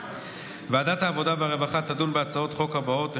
ועדת העבודה והרווחה תדון בהצעות חוק הבאות: